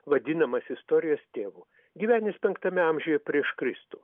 vadinamas istorijos tėvu gyvenęs penktame amžiuje prieš kristų